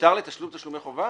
שטר לתשלום תשלומי חובה?